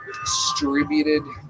distributed